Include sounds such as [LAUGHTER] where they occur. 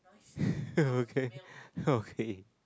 [LAUGHS] okay [BREATH] okay